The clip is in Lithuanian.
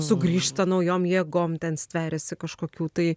sugrįžta naujom jėgom ten stveriasi kažkokių tai